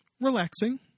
relaxing